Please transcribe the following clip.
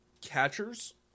catchers